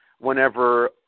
whenever